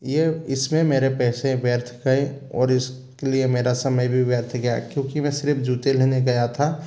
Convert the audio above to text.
ये इसमें मेरे पैसे व्यर्थ गए और इसके लिये मेरा समय भी व्यर्थ गया क्योंकि मैं सिर्फ जूते लेने गया था